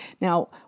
Now